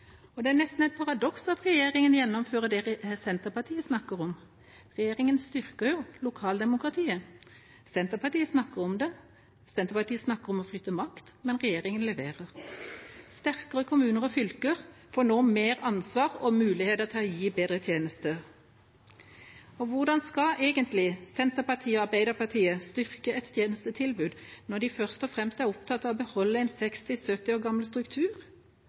utvikles. Det er nesten et paradoks at regjeringa gjennomfører det Senterpartiet snakker om – regjeringa styrker jo lokaldemokratiet. Senterpartiet snakker om det, Senterpartiet snakker om å flytte makt, men regjeringa leverer. Sterkere kommuner og fylker får nå mer ansvar og muligheter til å gi bedre tjenester. Hvordan skal egentlig Senterpartiet og Arbeiderpartiet styrke et tjenestetilbud når de først og fremst er opptatt av å beholde en 60–70 år gammel struktur,